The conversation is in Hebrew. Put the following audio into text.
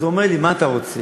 אז הוא אומר לי: מה אתה רוצה?